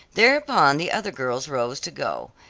thereupon the other girls rose to go.